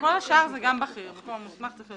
כל השאר זה גם בכיר במקום מוסמך.